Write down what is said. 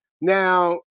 now